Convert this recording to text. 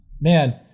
man